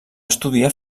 estudiar